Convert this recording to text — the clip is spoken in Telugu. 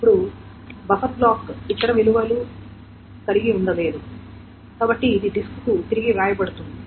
ఇప్పుడు బఫర్ బ్లాక్ ఇతర విలువలను కలిగి ఉండలేదు కనుక ఇది డిస్క్కి తిరిగి వ్రాయబడుతుంది